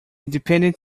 independent